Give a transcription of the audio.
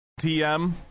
TM